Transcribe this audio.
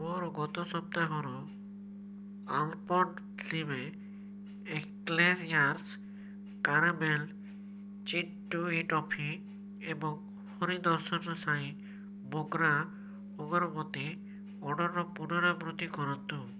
ମୋର ଗତ ସପ୍ତାହର Alpenliebe eclairs caramel chewy toffee ଏବଂ ହରି ଦର୍ଶନ ସାଇ ମୋଗ୍ରା ଅଗରବତୀ ଅର୍ଡ଼ର୍ର ପୁନରାବୃତ୍ତି କରନ୍ତୁ